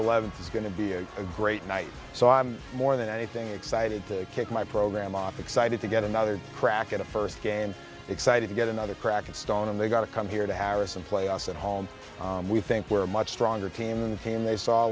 eleventh is going to be a great night so i'm more than anything excited to kick my program op excited to get another crack at the first game excited to get another crack at stone and they've got to come here to harrison playoffs at home we think we're much stronger team and when they saw